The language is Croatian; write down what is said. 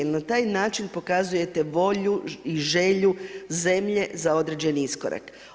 Na taj način pokazujete volju i želju zemlje za određeni iskorak.